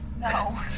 No